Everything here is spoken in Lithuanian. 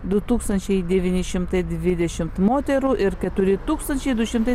du tūkstančiai devyni šimtai dvidešimt moterų ir keturi tūkstančiai du šimtai